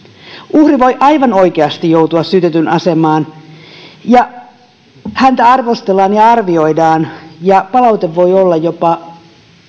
uhri voi aivan oikeasti joutua syytetyn asemaan häntä arvostellaan ja arvioidaan ja palaute voi olla jopa